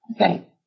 Okay